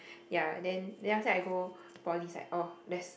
ya and then then after that I go Poly it's like oh that's